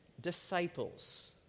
disciples